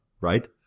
right